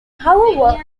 however